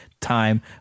time